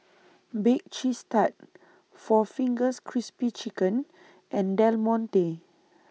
Bake Cheese Tart four Fingers Crispy Chicken and Del Monte